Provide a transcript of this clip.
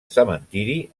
cementiri